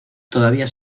todavía